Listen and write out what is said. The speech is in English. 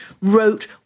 wrote